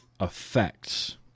effects